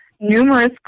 numerous